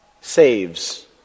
saves